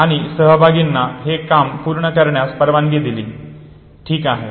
आणि सहभागींना हे काम पूर्ण करण्यास परवानगी दिली ठीक आहे